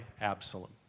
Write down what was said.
Absalom